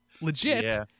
legit